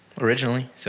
originally